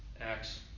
Acts